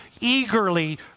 eagerly